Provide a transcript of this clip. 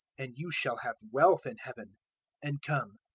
and you shall have wealth in heaven and come,